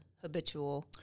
habitual